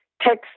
text